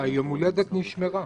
היום הולדת נשמרה.